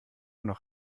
noch